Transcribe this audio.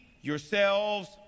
yourselves